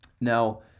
now